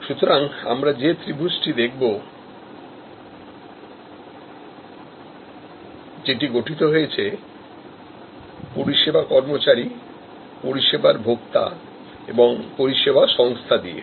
সুতরাং আমরা আবার সেই ত্রিভূজটি দেখব যেটি গঠিত হয়েছে পরিষেবা কর্মচারী পরিষেবার ভোক্তা এবং পরিষেবা সংস্থা দিয়ে